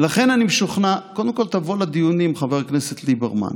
קודם כול תבוא לדיונים, חבר הכנסת ליברמן,